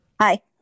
Hi